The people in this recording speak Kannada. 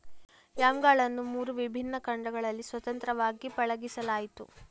ಯಾಮ್ಗಳನ್ನು ಮೂರು ವಿಭಿನ್ನ ಖಂಡಗಳಲ್ಲಿ ಸ್ವತಂತ್ರವಾಗಿ ಪಳಗಿಸಲಾಯಿತು